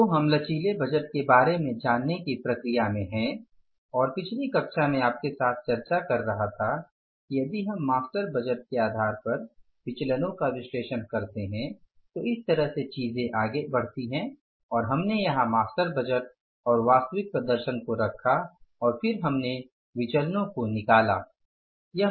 तो हम लचीले बजट के बारे में जानने की प्रक्रिया में हैं और पिछली कक्षा में आपके साथ चर्चा कर रहा था कि यदि हम मास्टर बजट के आधार पर विचलनो का विश्लेषण करते हैं तो इस तरह से चीजें आगे बढ़ती हैं और हमने यहां मास्टर बजट और वास्तविक प्रदर्शन को रखा और फिर हमने विचलनो को निकाला